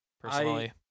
personally